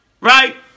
right